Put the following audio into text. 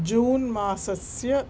जून् मासस्य